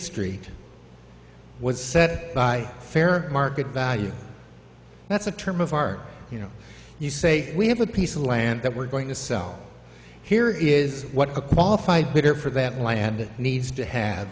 street was said by fair market value that's a term of art you know you say we have a piece of land that we're going to sell here is what a qualified bidder for that land it needs to have